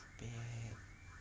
too bad